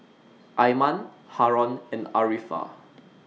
Iman Haron and Arifa